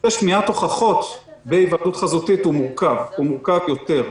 נושא שמיעת הוכחות בהיוועדות חזותית הוא מורכב יותר.